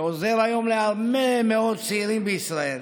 שעוזר היום להרבה מאוד צעירים בישראל: